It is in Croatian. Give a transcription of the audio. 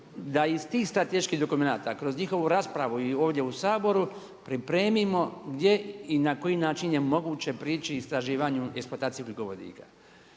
da iz tih strateških dokumenta kroz njihovu raspravu i ovdje u Saboru pripremimo gdje i na koji način je moguće prići istraživanju i eksploataciji ugljikovodika.